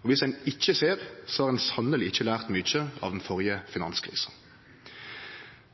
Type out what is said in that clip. Og viss ein ikkje ser, har ein sanneleg ikkje lært mykje av den førre finanskrisa.